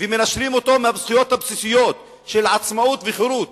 ומנשלים אותו מהזכויות הבסיסיות של עצמאות וחירות,